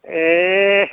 এহ্